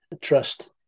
trust